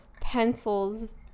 pencils